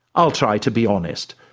i'll try to be honest.